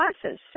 classes